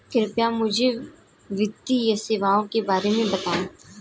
कृपया मुझे वित्तीय सेवाओं के बारे में बताएँ?